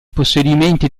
possedimenti